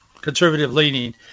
conservative-leaning